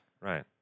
Right